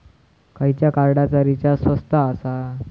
खयच्या कार्डचा रिचार्ज स्वस्त आसा?